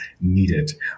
needed